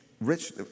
rich